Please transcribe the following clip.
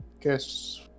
guess